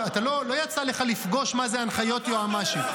לא יצא לך לפגוש מה זה הנחיות יועמ"שית.